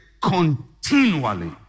continually